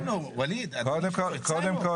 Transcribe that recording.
הצענו, ווליד, הצענו.